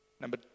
Number